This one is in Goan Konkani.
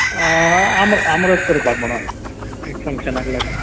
आम आमरस करपाक म्हणून फंक्शनाक लागून